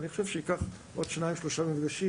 אני חושב שייקח עוד שניים שלושה מפגשים